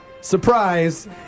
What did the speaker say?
surprise